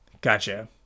Gotcha